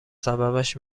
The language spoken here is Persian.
سببش